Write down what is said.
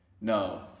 no